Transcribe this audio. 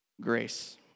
grace